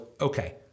okay